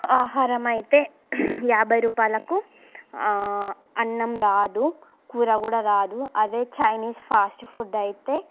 ఆహారమైతే యాభై రూపాయలకు అన్నం రాదు కూర కూడా రాదు అదే చైనీస్ ఫాస్ట్ ఫుడ్ అయితే